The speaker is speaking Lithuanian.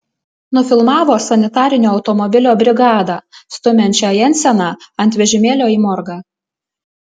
nufilmavo sanitarinio automobilio brigadą stumiančią jenseną ant vežimėlio į morgą